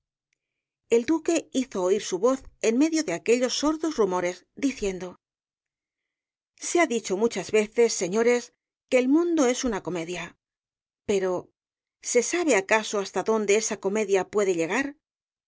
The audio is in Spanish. el duque hizo oir su voz en medio de aquellos sordos rumores diciendo se ha dicho muchas veces señores que el mundo es una comedia pero se sabe acaso hasta dónde esa comedia puede llegar